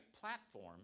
platform